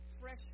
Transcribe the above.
fresh